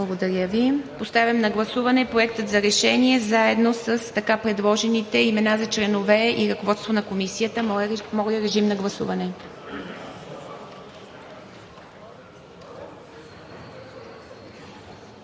Благодаря Ви. Поставям на гласуване Проекта на решение, заедно с така предложените имена за членове и ръководство на Комисията. КАЛОЯН ЯНКОВ (ДБ, чрез